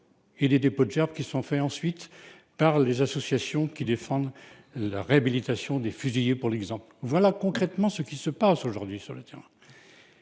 Et des dépôts de gerbes, qui sont faits ensuite par les associations qui défendent la réhabilitation des fusillés pour l'exemple. Voilà concrètement ce qui se passe aujourd'hui sur le terrain.